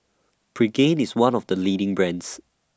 Pregain IS one of The leading brands